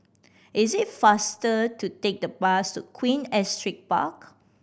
is it faster to take the bus to Queen Astrid Park